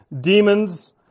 demons